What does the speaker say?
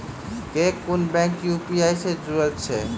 केँ कुन bank UPI सँ जुड़ल अछि?